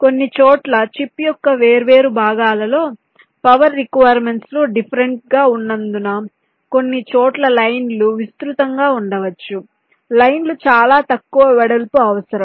కొన్ని చోట్ల చిప్ యొక్క వేర్వేరు భాగాలలో పవర్ రిక్వైర్మెంట్స్ లో డిఫరెంట్ గా ఉన్నందున కొన్ని చోట్ల లైన్ లు విస్తృతంగా ఉండవచ్చు లైన్ లు చాలా తక్కువ వెడల్పు అవసరం